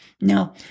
Now